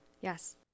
Yes